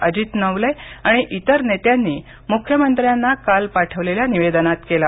अजित नवले आणि इतर नेत्यांनी मुख्यमंत्र्यांना काल पाठवलेल्या निवेदनात केला